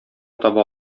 таба